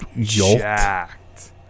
jacked